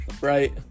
Right